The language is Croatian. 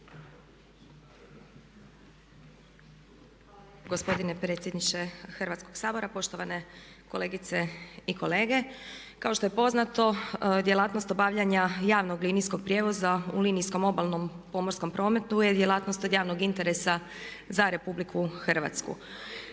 lijepa gospodine predsjedniče Hrvatskog sabora. Poštovane kolegice i kolege. Kao što je poznato, djelatnost obavljanja javnog linijskog prijevoza u linijskom obalnom pomorskom prometu je djelatnost od javnog interesa za RH.